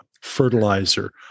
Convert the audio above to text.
fertilizer